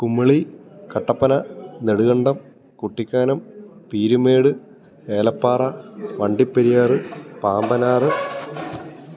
Kumily Kattappana Nedumkandam Kuttikkanam Peermade Elappara Vandiperiyar Pambanar